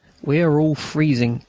we are all freezing,